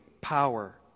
power